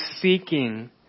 seeking